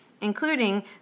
including